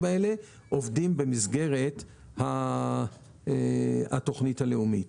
האלה עובדים במסגרת התוכנית הלאומית.